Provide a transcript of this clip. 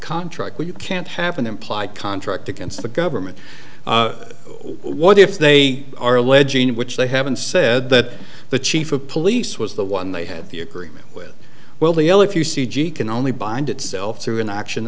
contract where you can't have an implied contract against the government what if they are alleging which they haven't said that the chief of police was the one they had the agreement with well the l if you c g can only bind itself through an auction